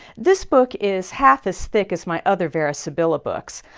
this book is half as thick as my other vera sibilla books,